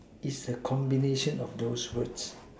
is a combination of those words